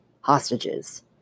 Hostages